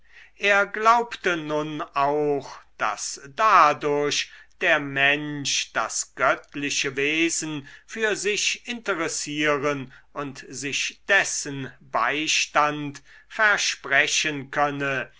er glaubte nun auch daß dadurch der mensch das göttliche wesen für sich interessieren und sich dessen beistand versprechen könne